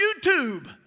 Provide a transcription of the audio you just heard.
YouTube